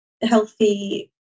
healthy